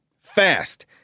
fast